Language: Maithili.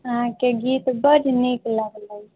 अहाँके गीत बड़ नीक लागल